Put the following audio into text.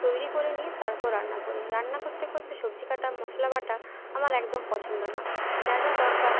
তৈরি করে নিয়ে তারপর রান্না করি রান্না করতে করতে সবজি কাটা মশলা বাটা আমার একদম পছন্দ না যা যা দরকার